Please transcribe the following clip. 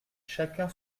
chacun